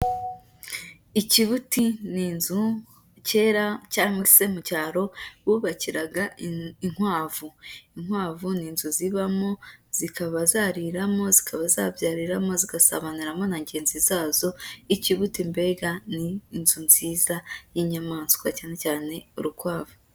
Ikibuti ni inzu kera cyangwa se mu cyaro bubakiraga inkwavu. Inkwavu ni inzu zibamo zikaba zariramo, zikaba zabyariramo, zigasabaniramo na ngenzi zazo, ikibuti mbega ni inzu nziza y'inyamaswa cyane cyane urukwavu.